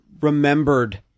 remembered